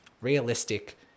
realistic